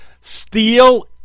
steal